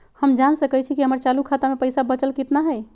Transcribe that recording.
हम जान सकई छी कि हमर चालू खाता में पइसा बचल कितना हई